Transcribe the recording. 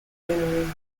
genoese